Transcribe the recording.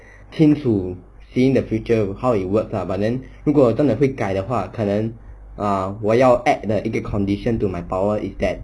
清楚 seeing the future of how it works lah but then 如果真的会改的话可能 err 我要 add 的一个 condition to my power is that